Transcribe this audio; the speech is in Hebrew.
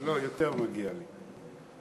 לא, מגיע לי יותר.